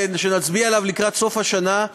שנצביע עליו לקראת סוף השנה,